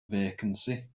vacancy